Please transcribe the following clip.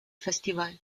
festival